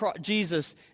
Jesus